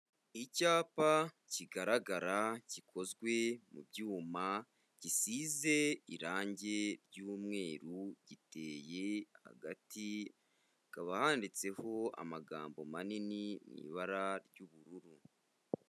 Icyapa kigaragara gikozwe mu byuma gisize irangi ry'umweru, giteye agati, hakaba handitseho amagambo manini mu ibara ry'ubururu.